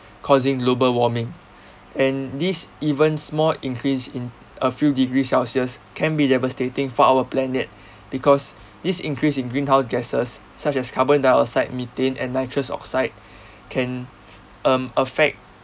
causing global warming and these even small increase in a few degrees celsius can be devastating for our planet because this increase in greenhouse gases such as carbon dioxide methane and nitrous oxide can um affect